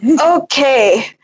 Okay